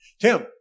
Tim